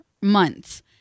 months